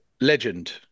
Legend